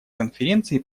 конференции